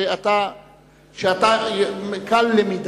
שאתה קל למידה.